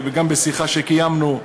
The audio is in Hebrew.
גם בשיחה שקיימנו,